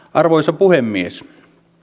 arvoisa puhemies